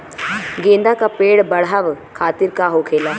गेंदा का पेड़ बढ़अब खातिर का होखेला?